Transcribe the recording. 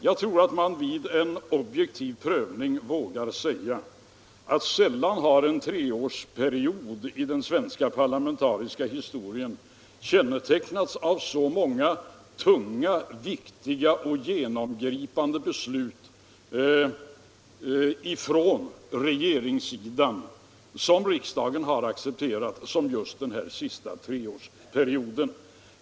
Jag tror att man vid en objektiv prövning vågar säga att en treårsperiod i den svenska parlamentariska historien sällan har kännetecknats av så många tunga, viktiga och genomgripande förslag från regeringens sida som har accepterats av riksdagen som just den senaste treårsperioden.